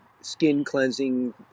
skin-cleansing